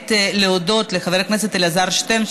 באמת להודות לחבר הכנסת אלעזר שטרן,